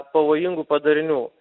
pavojingų padarinių